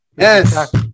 Yes